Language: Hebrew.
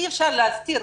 כבר אי אפשר להסתיר,